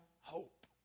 hope